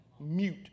Mute